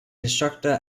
instructor